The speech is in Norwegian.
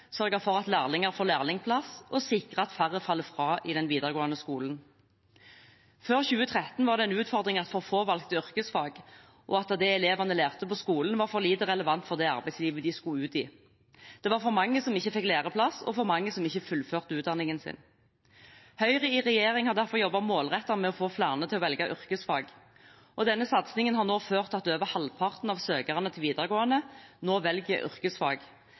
sørge for at lærlinger får lærlingplass og sikre at færre faller fra i videregående skole. Før 2013 var det en utfordring at for få valgte yrkesfag og at det elevene lærte på skolen, var for lite relevant for det arbeidslivet de skulle ut i. Det var for mange som ikke fikk læreplass, og for mange som ikke fullførte utdanningen sin. Høyre i regjering har derfor jobbet målrettet med å få flere til å velge yrkesfag. Denne satsingen har ført til at over halvparten av søkerne til videregående nå velger yrkesfag.